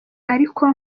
ariko